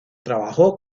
trabajó